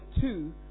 two